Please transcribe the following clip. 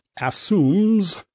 assumes